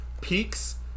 peaks